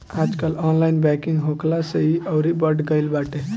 आजकल online banking होखला से इ अउरी बढ़ गईल बाटे